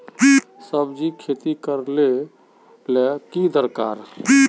सब्जी खेती करले ले की दरकार?